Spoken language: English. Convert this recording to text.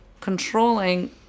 controlling